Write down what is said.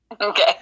okay